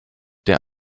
der